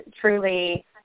truly